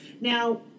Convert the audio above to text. Now